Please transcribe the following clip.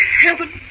heaven